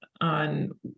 on